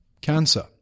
cancer